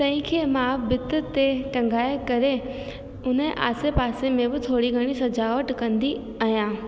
तंहिंखे मां भिति ते टंॻाए करे उन ऐं आसे पासे में बि थोरी घणी सजावट कंदी आहियां